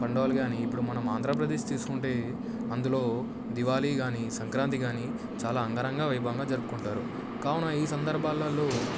పండుగలు కానీ ఇప్పుడు మనం ఆంధ్రప్రదేశ్ తీసుకుంటే అందులో దివాళీ కానీ సంక్రాంతి కానీ చాలా అంగరంగ వైభవంగా జరుపుకుంటారు కావున ఈ సందర్భాలల్లో